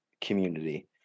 community